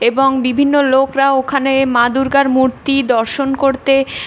এবং বিভিন্ন লোকরা ওখানে মা দুর্গার মূর্তি দর্শন করতে